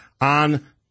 on